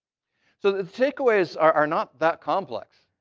so the takeaways are not that complex.